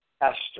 Esther